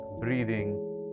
breathing